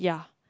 yeah